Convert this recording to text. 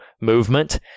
movement